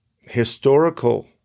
historical